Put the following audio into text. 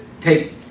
take